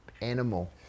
animal